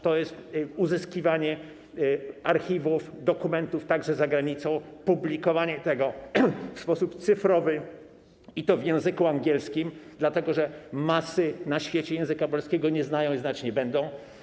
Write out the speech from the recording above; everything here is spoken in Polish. To jest uzyskiwanie archiwów, dokumentów, także za granicą, publikowanie tego w sposób cyfrowy, i to w języku angielskim, dlatego że masy na świecie języka polskiego nie znają i znać nie będą.